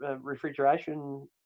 refrigeration